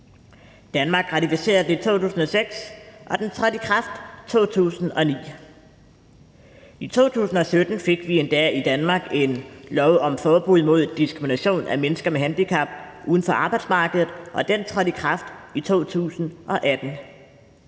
Danmark har ratificeret den i 2006, og den trådte i kraft i 2009. I 2017 fik vi endda i Danmark en lov om forbud mod diskrimination af mennesker med handicap uden for arbejdsmarkedet, og den trådte i kraft i 2018.